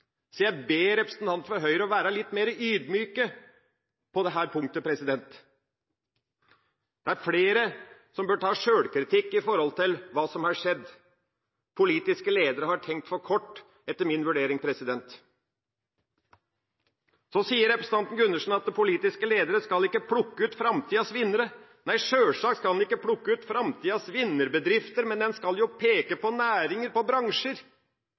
Så jeg ber representantene fra Høyre om å være litt mer ydmyke på dette punktet. Det er flere som bør ta sjølkritikk i forhold til hva som har skjedd. Politiske ledere har tenkt for kort, etter min vurdering. Så sier representanten Gundersen at politiske ledere ikke skal plukke ut framtidas vinnere. Nei, sjølsagt skal en ikke plukke ut framtidas vinnerbedrifter, men en skal jo peke på næringer, på bransjer.